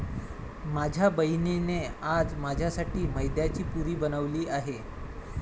माझ्या बहिणीने आज माझ्यासाठी मैद्याची पुरी बनवली आहे